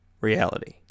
reality